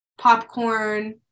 popcorn